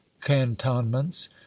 cantonments